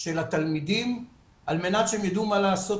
של התלמידים על מנת שהם ידעו מה לעשות